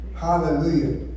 Hallelujah